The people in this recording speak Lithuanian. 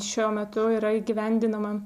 šiuo metu yra įgyvendinama